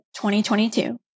2022